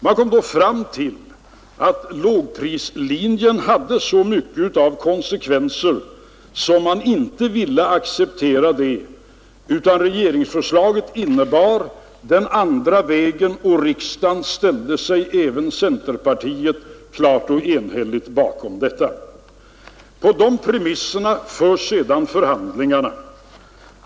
Man kom då fram till att lågprislinjen hade så många konsekvenser att man inte ville acceptera den. Regeringsförslaget gick i stället på den andra linjen, och riksdagen — även centerpartiet — ställde sig klart och enhälligt bakom detta. På de premisserna förs sedan förhandlingarna.